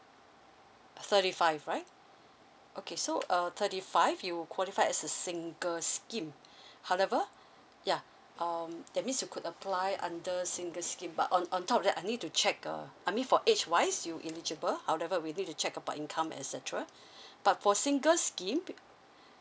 thirty five right okay so uh thirty five you qualified as a single scheme however ya um that means you could apply under single scheme but on on top that I need to check uh I mean for age wise you eligible however we need to check about income et cetera but for single scheme